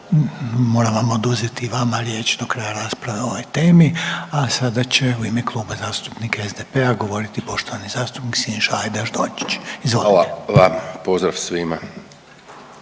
moram vam oduzeti i vama riječ do kraja rasprave o ovoj temi, a sada će u ime Kluba zastupnika SDP-a govoriti poštovani zastupnik Siniša Hajdaš Dončić, izvolite. **Hajdaš Dončić, Siniša